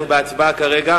אנחנו בהצבעה כרגע.